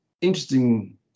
interesting